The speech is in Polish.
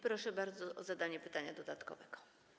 Proszę bardzo o zadanie pytania dodatkowego.